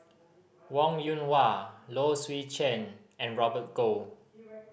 Wong Yoon Wah Low Swee Chen and Robert Goh